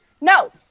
No